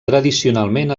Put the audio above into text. tradicionalment